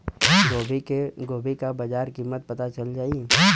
गोभी का बाजार कीमत पता चल जाई?